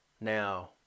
Now